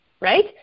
Right